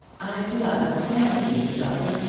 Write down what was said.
i do not understand you, mr. belton.